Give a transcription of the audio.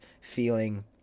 feeling